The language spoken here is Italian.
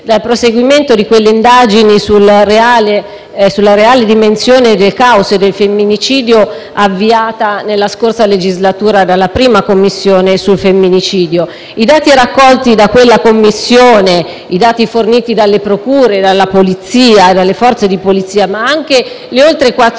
dal proseguimento di quelle indagini sulla reale dimensione e sulle cause del femminicidio avviate nella scorsa legislatura dalla prima Commissione d'inchiesta sul femminicidio. I dati raccolti da quella Commissione, i dati forniti dalle procure, dalle Forze di polizia, ma anche le oltre